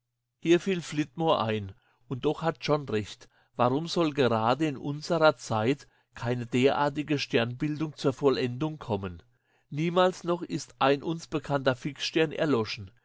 hier fiel flitmore ein und doch hat john recht warum soll gerade in unserer zeit keine derartige sternbildung zur vollendung kommen niemals noch ist ein uns bekannter fixstern erloschen